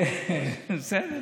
בסדר,